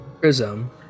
Prism